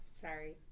Sorry